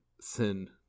sin